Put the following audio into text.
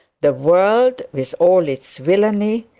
the world with all its villainy,